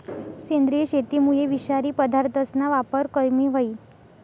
सेंद्रिय शेतीमुये विषारी पदार्थसना वापर कमी व्हयी